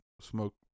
smoke